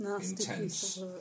intense